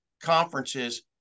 conferences